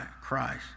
Christ